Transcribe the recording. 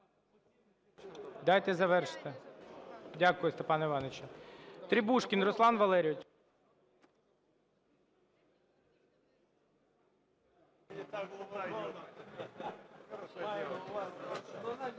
Дякую, Степан Іванович. Требушкін Руслан Валерійович.